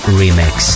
remix